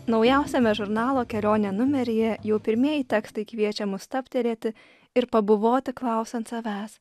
naujausiame žurnalo kelionė numeryje jau pirmieji tekstai kviečia mus stabtelėti ir pabuvoti klausiant savęs